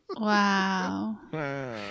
Wow